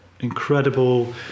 incredible